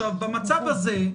במצב הזה,